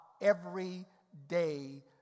everyday